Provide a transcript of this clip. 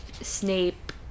snape